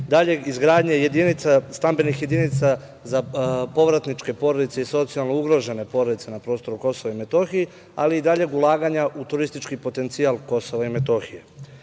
dalje izgradnje stambenih jedinica za povratničke porodice i socijalno ugrožene porodice na prostoru KiM, ali i daljeg ulaganja u turistički potencijal KiM.Kada govorimo